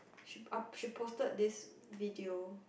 she up she posted this video